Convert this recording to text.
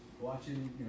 Watching